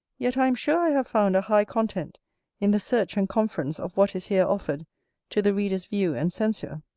yet i am sure i have found a high content in the search and conference of what is here offered to the reader's view and censure.